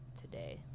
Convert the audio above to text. today